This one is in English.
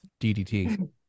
DDT